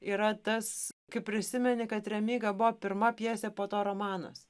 yra tas kai prisimeni kad remyga buvo pirma pjesė po to romanas